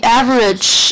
average